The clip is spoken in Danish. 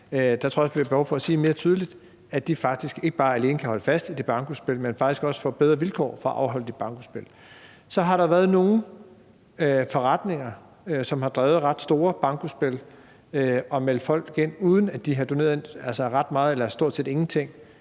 tror jeg også, vi har behov for at sige mere tydeligt, at de faktisk ikke alene kan holde fast i de bankospil, men faktisk også få bedre vilkår for at afholde de bankospil. Så har der været nogle forretninger, som har drevet ret store bankospil og meldt folk ind, uden at de har doneret ret meget – eller stort set ingenting